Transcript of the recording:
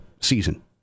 season